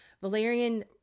Valerian